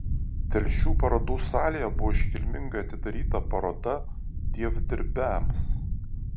telšių parodų salėje buvo iškilmingai atidaryta paroda dievdirbiams